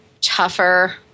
tougher